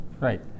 right